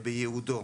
בייעודו.